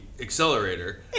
accelerator